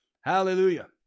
Hallelujah